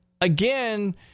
again